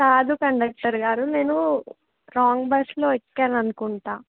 కాదు కండక్టర్ గారు నేను రాంగ్ బస్లో ఎక్కాను అనుకుంటా